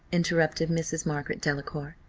interrupted mrs. margaret delacour.